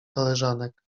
koleżanek